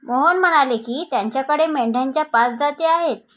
मोहन म्हणाले की, त्याच्याकडे मेंढ्यांच्या पाच जाती आहेत